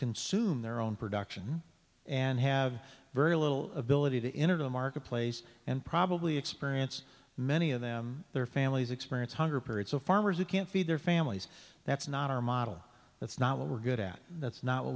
consume their own production and have very little ability to enter the marketplace and probably experience many of them their families experience hunger period so farmers who can't feed their families that's not our model that's not what we're good at that's not what